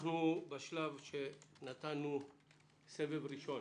נתנו סבב ראשון,